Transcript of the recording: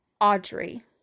Audrey